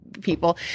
people